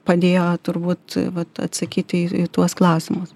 padėjo turbūt vat atsakyti į į tuos klausimus